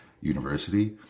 university